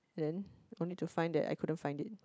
then I'll need to find that I couldn't find it